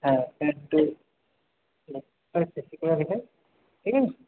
হ্যাঁ ঠিক আছে